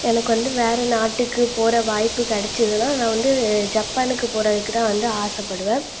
எனக்கு வந்து வேறு நாட்டுக்கு போகிற வாய்ப்பு கிடச்சிதுன்னா நான் வந்து ஜப்பானுக்கு போகிறதுக்குத்தான் வந்து ஆசைப்படுவேன்